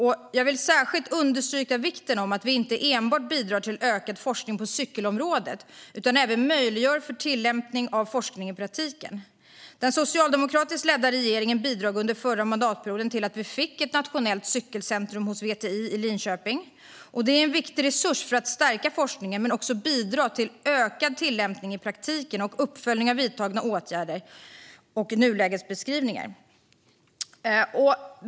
Här vill jag särskilt understryka vikten av att vi inte enbart bidrar till ökad forskning på cykelområdet utan även möjliggör för tillämpning av forskningen i praktiken. Den socialdemokratiskt ledda regeringen bidrog under förra mandatperioden till att vi fick ett nationellt cykelcentrum hos VTI i Linköping. Det är en viktig resurs för att stärka forskningen men också bidra till en ökad tillämpning i praktiken och uppföljning av vidtagna åtgärder samt nulägesbeskrivningar.